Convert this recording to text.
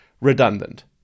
redundant